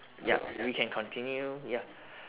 yup we can continue ya